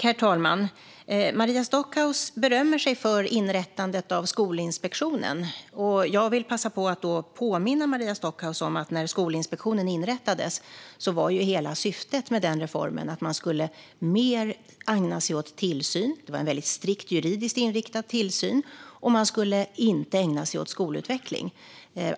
Herr talman! Maria Stockhaus berömmer sig för inrättandet av Skolinspektionen. Jag vill passa på att påminna Maria Stockhaus om att när Skolinspektionen inrättades var hela syftet med den reformen att man mer skulle ägna sig åt tillsyn - det var en strikt juridiskt inriktad tillsyn - och inte åt skolutveckling.